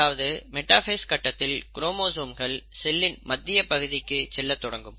அதாவது இந்த மெடாஃபேஸ் கட்டத்தில் குரோமோசோம்கள் செல்லின் மத்திய பகுதிக்கு செல்ல தொடங்கும்